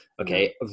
okay